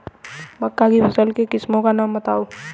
मक्का की फसल की किस्मों का नाम बताइये